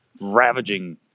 ravaging